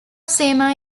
seymour